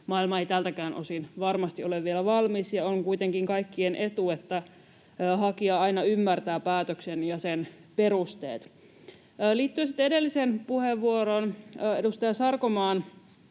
maailma ei tältäkään osin varmasti ole vielä valmis, ja on kuitenkin kaikkien etu, että hakija aina ymmärtää päätöksen ja sen perusteet. Liittyen sitten edelliseen puheenvuoroon, edustaja Sarkomaan